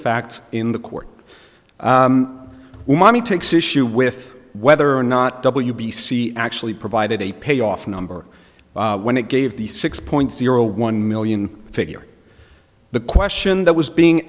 facts in the court when mommy takes issue with whether or not w b c actually provided a payoff number when it gave the six point zero one million figure the question that was being